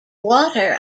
water